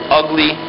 ugly